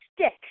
stick